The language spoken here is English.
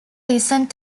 recent